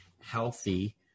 healthy